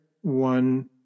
one